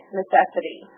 necessity